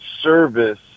service